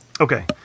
Okay